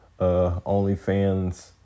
OnlyFans